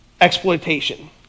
exploitation